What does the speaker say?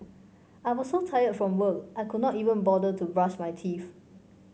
I was so tired from work I could not even bother to brush my teeth